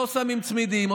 לא שמים צמידים.